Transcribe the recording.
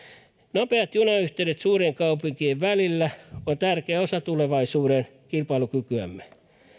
nopeat junayhteydet suurien kaupunkien välillä ovat tärkeä osa tulevaisuuden kilpailukykyämme